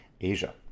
Asia